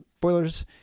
boilers